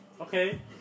Okay